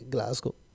Glasgow